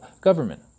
government